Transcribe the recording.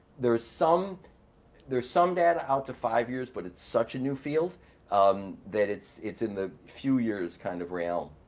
there's some there's some data out to five years, but it's such a new field um that it's it's in the few years kind of rail.